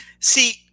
See